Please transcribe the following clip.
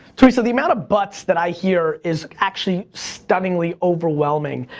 theresa, the amount of buts that i hear, is actually stunningly overwhelming.